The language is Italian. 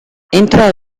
entrò